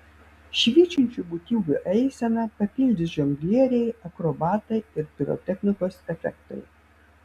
švytinčių būtybių eiseną papildys žonglieriai akrobatai ir pirotechnikos efektai